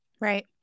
Right